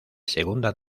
segunda